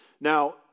Now